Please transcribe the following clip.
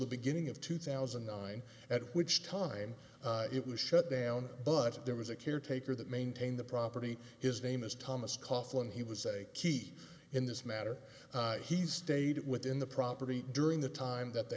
the beginning of two thousand and nine at which time it was shut down but there was a caretaker that maintain the property his name is thomas kaufman he was a key in this matter he stayed within the property during the time that the